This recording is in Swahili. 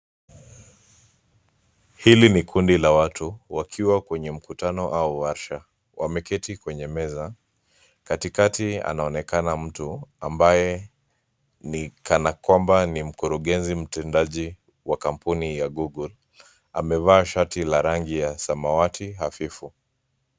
Hili ni kundi la watu wakiwa kwenye mkutano au warsha. Wameketi kwenye meza. Katikati anaonekana mtu ambaye ni kana kwamba ni mkurugenzi mtendaji wa kampuni ya google. Amevaa shati la rangi ya samawati hafifu.